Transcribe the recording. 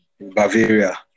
Bavaria